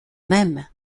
même